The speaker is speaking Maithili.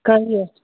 कहियौ